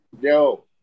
Yo